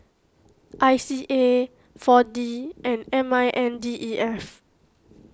I C A four D and M I N D E F